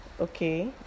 Okay